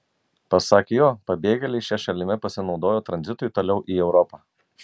pasak jo pabėgėliai šia šalimi pasinaudoja tranzitui toliau į europą